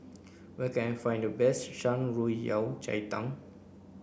where can I find the best Shan Rui Yao Cai Tang